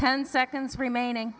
ten seconds remaining